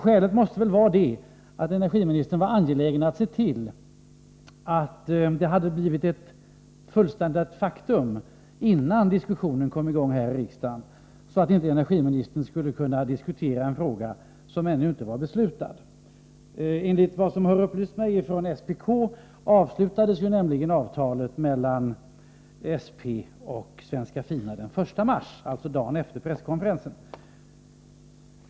Anledningen måste väl vara att energiministern är angelägen om att få till stånd ett fullbordat faktum innan en diskussion kommer i gång här i riksdagen. Energiministern skulle alltså inte vilja diskutera något som man ännu inte beslutat om. Enligt uppgifter från SPK slöts nämligen avtalet mellan SP och Svenska Fina den 1 mars, alltså dagen efter presskonferensen.